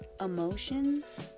emotions